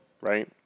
right